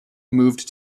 moved